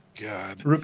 God